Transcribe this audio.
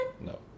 No